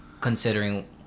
considering